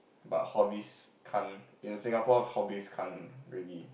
but hobbies can't in Singapore hobbies can't really